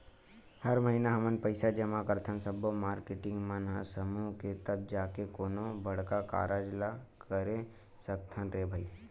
हर महिना हमन पइसा जमा करथन सब्बो मारकेटिंग मन ह समूह के तब जाके कोनो बड़का कारज ल करे सकथन रे भई